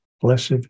blessed